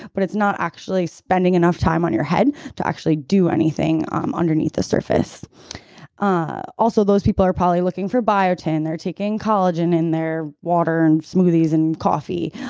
but it's not actually spending enough time on your head to actually do anything um underneath the surface ah also those people are probably looking for biotin, they're taking collagen in their water and smoothies and coffee.